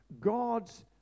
God's